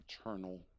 eternal